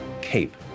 cape